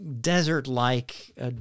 desert-like